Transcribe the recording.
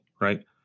right